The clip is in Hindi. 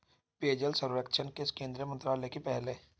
पेयजल सर्वेक्षण किस केंद्रीय मंत्रालय की पहल है?